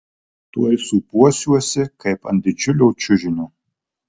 tuoj sūpuosiuosi kaip ant didžiulio čiužinio